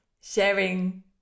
sharing